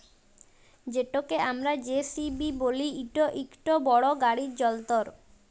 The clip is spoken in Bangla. যেটকে আমরা জে.সি.বি ব্যলি ইট ইকট বড় গাড়ি যল্তর